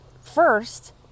first